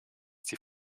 die